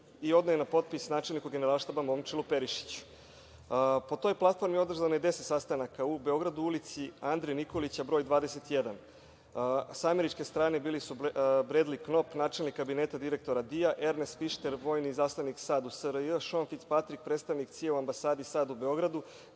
i odneo je na potpis načelniku Generalštaba Momčilu Perišiću. Po toj platformi održano je 10 sastanaka u Beogradu, u ulici Andre Nikolića broj 21. Sa američke strane bili su Bredli Knop, načelnik Kabineta direktora DIA, Ernes Fišter, vojni izaslanik SAD u SRJ, Šonfit Patrik, predstavnik CIA u ambasadi SAD u Beogradu,